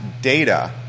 data